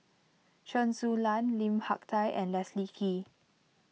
Chen Su Lan Lim Hak Tai and Leslie Kee